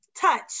touch